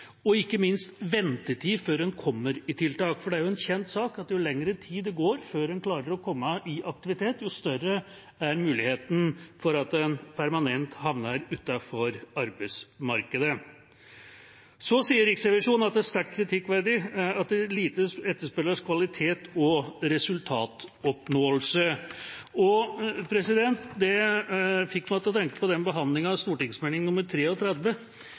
og ikke minst ventetid før man kommer på tiltak. For det er en kjent sak at jo lengre tid det går før man klarer å komme i aktivitet, jo større er muligheten for at man permanent havner utenfor arbeidsmarkedet. Så sier Riksrevisjonen at det er sterkt kritikkverdig at det i liten grad etterspørres kvalitet og resultatoppnåelse. Det fikk meg til å tenke på behandlingen av